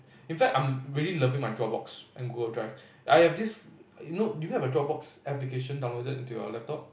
in fact I'm really loving my Dropbox and Google Drive I have this you know do you have a Dropbox application downloaded into your laptop